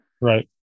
Right